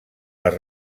les